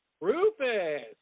Rufus